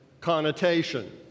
connotation